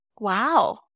wow